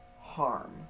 harm